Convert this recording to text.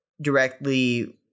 directly